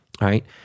right